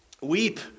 weep